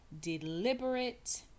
deliberate